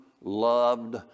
loved